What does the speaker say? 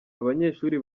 abanyeshuri